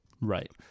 Right